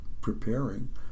preparing